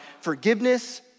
forgiveness